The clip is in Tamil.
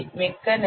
மிக்க நன்றி